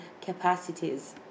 capacities